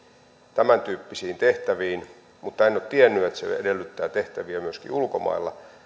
tämäntyyppisiin tehtäviin mutta en ole tiennyt että se edellyttää tehtäviä myöskin ulkomailla